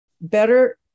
better